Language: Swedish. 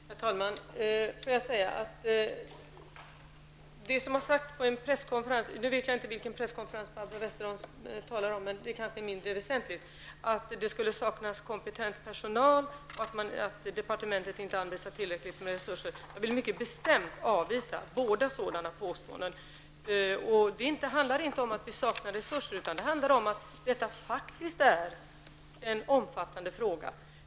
Herr talman! Barbro Westerholm talar om att det skulle ha sagts på en presskonferens att det saknas kompetent personal och att departementet inte avsätter tillräckligt med resurser. Jag vet inte vilken presskonferens Barbro Westerholm talar om, men det är kanske mindre väsentligt. Jag vill mycket bestämt avvisa båda dessa påståenden. Det handlar inte om att vi saknar resurser. Det handlar om att detta faktiskt är en omfattande fråga.